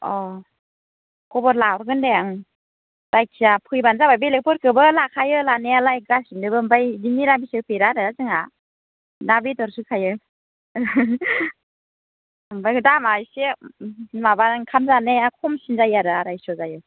अ' खबर लाहरगोन दे ओं जायखिया फैबानो जाबाय बेलेगफोरखौबो लाखायो लानायालाय गासिबनोबो आमफ्राय बिदि मिरामिस होफेरा आरो जोंहा ना बेदर होखायो आमफ्राय दामा एसे माबा ओंखाम जानाया खमसिन जायो आरो आराय छ' जायो